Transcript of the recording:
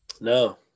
No